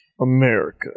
America